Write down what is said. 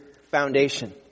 foundation